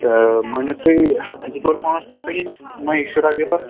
تہٕ مٲنِو تُہۍ زٕ ژور پانٛژھ ٹرٛکہٕ یِن یِمٕے شُراہ ویٖلر